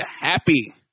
happy